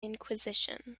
inquisition